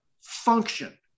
function